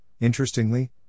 interestingly